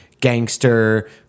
Gangster